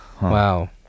wow